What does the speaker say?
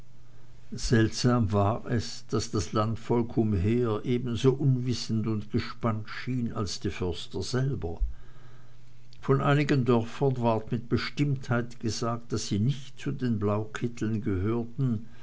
seltsam war es daß das landvolk umher ebenso unwissend und gespannt schien als die förster selber von einigen dörfern ward mit bestimmtheit gesagt daß sie nicht zu den blaukitteln gehörten